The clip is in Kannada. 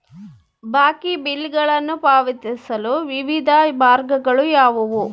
ಬಾಕಿ ಬಿಲ್ಗಳನ್ನು ಪಾವತಿಸಲು ವಿವಿಧ ಮಾರ್ಗಗಳು ಯಾವುವು?